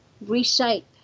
reshape